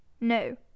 No